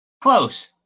Close